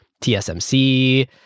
TSMC